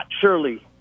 Surely